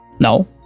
No